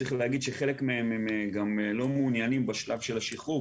צריך להגיד שחלק מהם גם לא מעוניינים בשלב של השחרור,